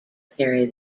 carry